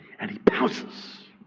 and he pounces